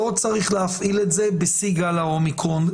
לא צריך להפעיל את זה בשיא גל האומיקרון,